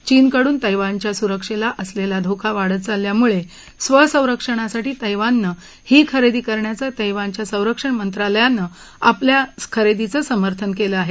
चीनकडून तैवानच्या सुरक्षलेला असलेला धोका वाढत चालल्यामुळे स्वसंरक्षणासाठी तैवाननं ही खरेदी करण्याचं तैवानच्या संरक्षण मंत्रालयानं आपल्या खरेदीचं समर्थन केलं आहे